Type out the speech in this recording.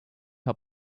top